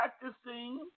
practicing